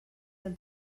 del